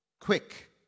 quick